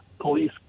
police